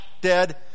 dead